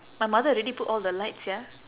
my mother already put all the light sia